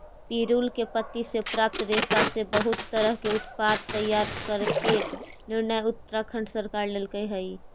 पिरुल के पत्ति से प्राप्त रेशा से बहुत तरह के उत्पाद तैयार करे के निर्णय उत्तराखण्ड सरकार लेल्के हई